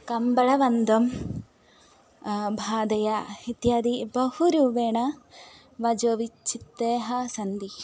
कम्बलगन्दं भादय इत्यादि बहुरूपेण वचोविच्छित्तयः सन्ति